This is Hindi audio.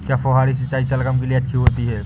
क्या फुहारी सिंचाई शलगम के लिए अच्छी होती है?